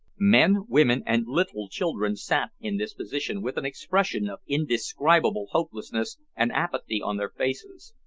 men, women, and little children sat in this position with an expression of indescribable hopelessness and apathy on their faces.